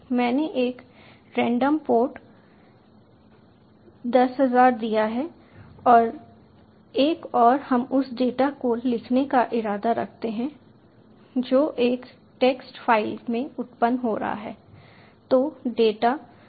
मैंने एक random port 10000 दिया और एक और हम उस डेटा को लिखने का इरादा रखते हैं जो एक टेक्स्ट फ़ाइल में उत्पन्न हो रहा है